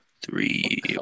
Three